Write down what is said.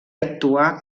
actuar